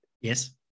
Yes